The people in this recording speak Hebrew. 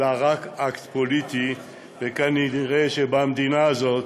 אלא רק אקט פוליטי, וכנראה במדינה הזאת,